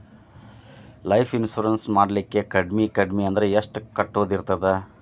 Life insurance ನ ಮಾಡ್ಲಿಕ್ಕೆ ಕಡ್ಮಿ ಕಡ್ಮಿ ಅಂದ್ರ ಎಷ್ಟ್ ಕಟ್ಟೊದಿರ್ತದ?